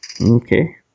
Okay